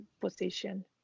position